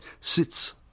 Sits